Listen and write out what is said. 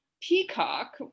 peacock